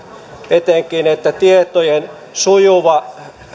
etenkin se että tietojen sujuva